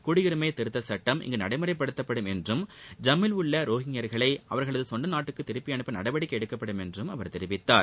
குடியுரிமை திருத்த சுட்டம் இங்கு நடைமுறைப்படுத்தப்படும் என்றும் ஜம்முவில் உள்ள ரோஹிங்யர்களை அவர்களது சொந்த நாட்டுக்கு திருப்பி அனுப்ப நடவடிக்கை எடுக்கப்படும் என்றும் அவர் தெரிவித்தார்